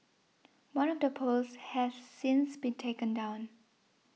one of the posts has since been taken down